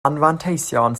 anfanteision